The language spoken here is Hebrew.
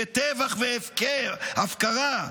שטבח והפקר, הפקרה,